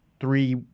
three